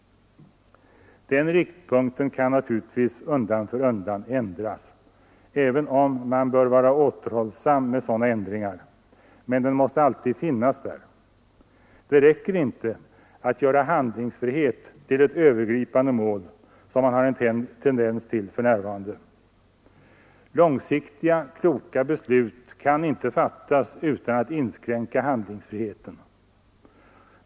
Den riktpunkten kan naturligtvis undan för undan ändras — även om man bör vara återhållsam med sådana ändringar — men den måste alltid finnas. Det räcker inte att göra handlingsfrihet till ett övergripande mål, som man har en tendens till för närvarande. Långsiktiga, kloka beslut kan inte fattas utan att handlingsfriheten inskränks.